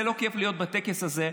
זה לא כיף להיות בטקס הזה,